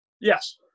Yes